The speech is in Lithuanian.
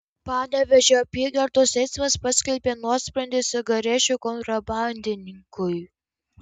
panevėžio apygardos teismas paskelbė nuosprendį cigarečių kontrabandininkui